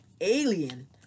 alien